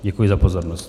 Děkuji za pozornost.